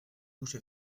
couche